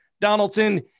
Donaldson